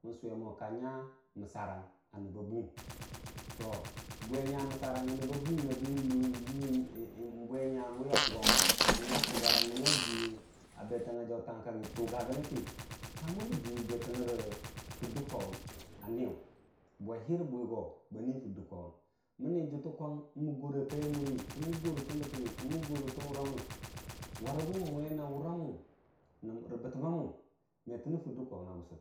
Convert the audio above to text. mən suwe mo ka nya məssarang a nəbba buum, to bwe nya məssarang a nəbba buum a be yulo bwenya nənga tugarang a jiwa ba berə jautangnga kaggi kə ka nyagu ka mura jiwu betənirə fiddə kwawun, a myu bwaihu rə bwigo bani fidda kwawu mənni juttə kwam tə mukgore a kaiyamuri tən bətəbə rə wurə warəgu me tənə fiddə kwawun.